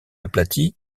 aplati